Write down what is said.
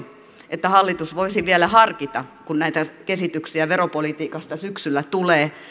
että hallitus voisi vielä harkita kun näitä esityksiä veropolitiikasta syksyllä tulee